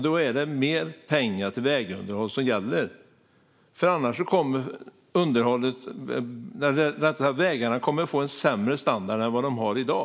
Då är det mer pengar till vägunderhåll som gäller, annars kommer vägarna att få en sämre standard än de har i dag.